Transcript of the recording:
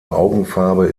augenfarbe